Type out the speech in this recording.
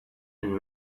and